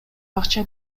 акча